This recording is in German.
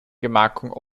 gemarkung